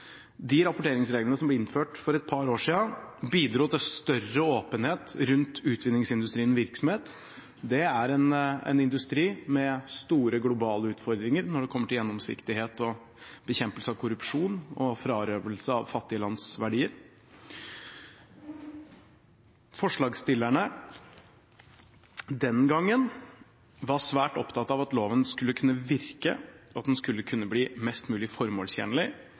De rapporteringsreglene som ble innført for et par år siden, bidro til større åpenhet rundt utvinningsindustriens virksomhet. Det er en industri med store globale utfordringer når det kommer til gjennomsiktighet og bekjempelse av korrupsjon og frarøvelse av fattige lands verdier. Forslagsstillerne den gangen var svært opptatt av at loven skulle kunne virke, at den skulle kunne bli mest mulig formålstjenlig,